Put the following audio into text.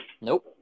nope